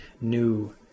new